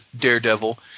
Daredevil